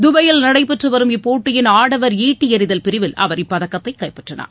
துபாயில் நடைபெற்று வரும் இப்போட்டியின் ஆடவர் ஈட்டி எறிதல் பிரிவில் அவர் இப்பதக்கத்தை கைப்பற்றினார்